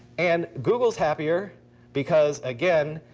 and google's happier because, again,